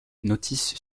notice